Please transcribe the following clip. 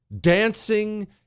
dancing